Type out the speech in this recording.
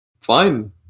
fine